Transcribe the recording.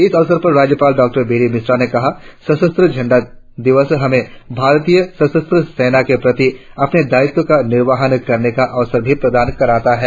इस अवसर पर राज्यपाल डॉ वी डी मिश्रा ने कहा सशस्त्र झंडा दिवस हमें भारतीय सशस्त्र के प्रति अपने दायित्व का निर्वाहन करने का अवसर भी प्रदान कराता है